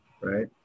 right